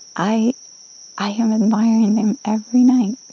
i i am admiring them every night.